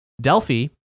Delphi